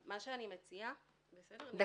אני מציעה- - אני